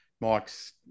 Mike's